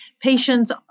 patients